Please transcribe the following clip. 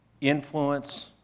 influence